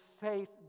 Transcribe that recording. faith